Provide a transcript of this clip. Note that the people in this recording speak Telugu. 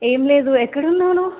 ఏం లేదు ఎక్కడ ఉన్నావు నువ్వు